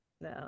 No